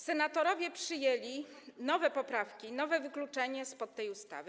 Senatorowie przyjęli nowe poprawki, nowe wykluczenie z tej ustawy.